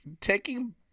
taking